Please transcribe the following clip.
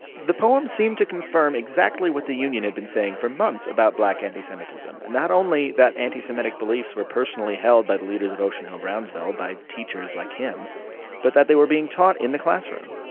the poem seemed to confirm exactly what the union had been saying for months about black anti-semitism not only that anti-semitic beliefs were personally held by the leaders of ocean hill-brownsville by teachers like him but that they were being taught in the classroom